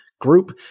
group